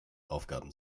aufgaben